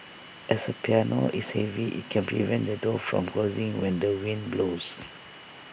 as A piano is heavy IT can prevent the door from closing when the wind blows